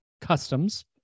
Customs